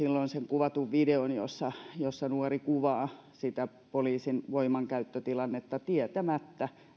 kuvatun videon jossa jossa nuori kuvaa sitä poliisin voimankäyttötilannetta tietämättä